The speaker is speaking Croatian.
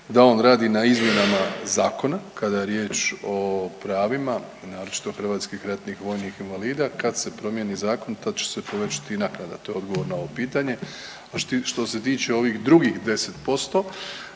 da on radi na izmjenama Zakona kada je riječ o pravima naročito hrvatskih ratnih vojnih invalida. Kada se promijeni zakon tad će se povećati i naknada. To je odgovor na ovo pitanje. A što se tiče ovih drugih 10%